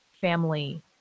family